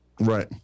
Right